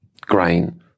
grain